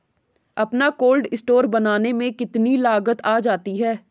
अपना cold store बनाने में कितनी लागत आ जाती है?